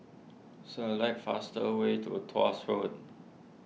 select fastest way to Tuas Road